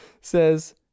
says